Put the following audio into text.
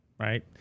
Right